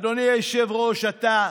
אדוני היושב-ראש, אתה,